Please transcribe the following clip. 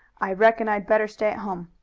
i reckon i'd better stay at home.